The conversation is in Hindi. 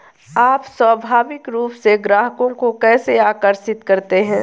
आप स्वाभाविक रूप से ग्राहकों को कैसे आकर्षित करते हैं?